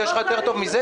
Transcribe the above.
יש לך יותר טוב מזה?